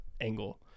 angle